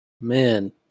man